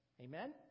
Amen